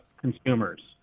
consumers